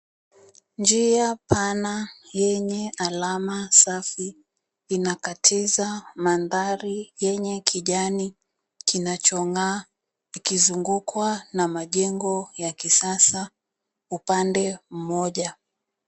Njia pana yenye alama safi, inakatiza mandhari yenye kijani kinachong'aa kikizungukwa na majengo ya kisasa upande mmoja.